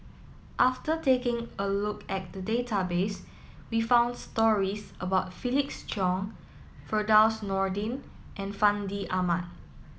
after taking a look at the database we found stories about Felix Cheong Firdaus Nordin and Fandi Ahmad